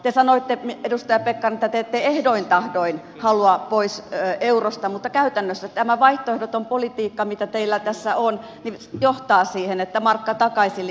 te sanoitte edustaja pekkarinen että te ette ehdoin tahdoin halua pois eurosta mutta käytännössä tämä vaihtoehdoton politiikka mitä teillä tässä on johtaa siihen markka takaisin linjaan